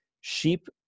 Sheep